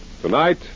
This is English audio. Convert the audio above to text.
Tonight